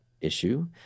issue